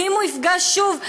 ואם הוא יפגע שוב,